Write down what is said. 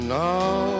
now